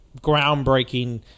groundbreaking